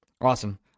Awesome